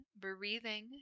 breathing